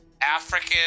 African